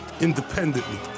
independently